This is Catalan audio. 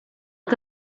que